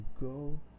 go